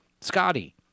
Scotty